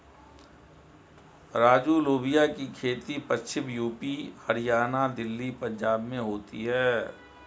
राजू लोबिया की खेती पश्चिमी यूपी, हरियाणा, दिल्ली, पंजाब में होती है